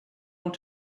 want